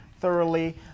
thoroughly